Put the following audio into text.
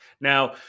Now